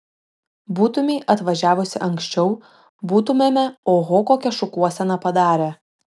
būtumei atvažiavusi anksčiau būtumėme oho kokią šukuoseną padarę